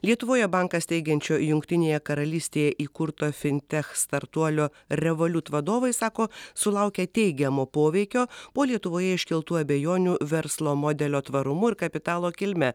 lietuvoje banką steigiančio jungtinėje karalystėje įkurto fintech startuolio revoliut vadovai sako sulaukę teigiamo poveikio po lietuvoje iškeltų abejonių verslo modelio tvarumu ir kapitalo kilme